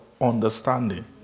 understanding